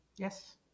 Yes